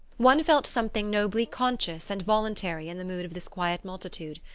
one felt something nobly conscious and voluntary in the mood of this quiet multitude.